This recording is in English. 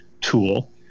tool